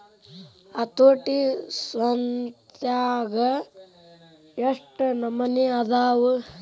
ಹತೋಟಿ ಸ್ವತ್ನ್ಯಾಗ ಯೆಷ್ಟ್ ನಮನಿ ಅದಾವು?